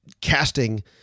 casting